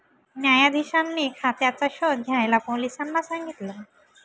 न्यायाधीशांनी खात्याचा शोध घ्यायला पोलिसांना सांगितल